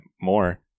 more